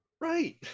Right